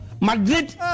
Madrid